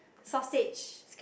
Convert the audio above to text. sausage